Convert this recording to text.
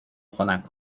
خنک